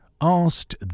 asked